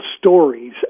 stories